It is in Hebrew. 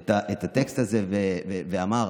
את הטקסט הזה ואמר.